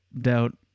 doubt